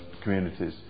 communities